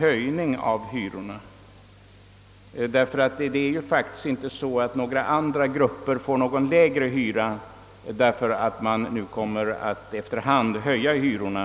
Det förhållandet att man nu efter hand höjer hyrorna för många grupper medför ju inte att andra grupper får lägre hyror.